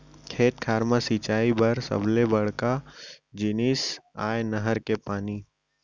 खेत खार म सिंचई बर सबले बड़का जिनिस आय नहर के पानी